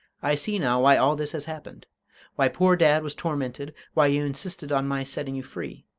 i see now why all this has happened why poor dad was tormented why you insisted on my setting you free.